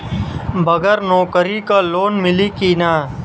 बगर नौकरी क लोन मिली कि ना?